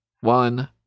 one